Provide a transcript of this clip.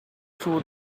through